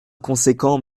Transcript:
conséquent